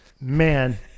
man